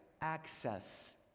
access